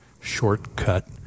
shortcut